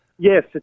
Yes